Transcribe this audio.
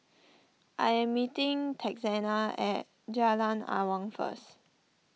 I am meeting Texanna at Jalan Awang first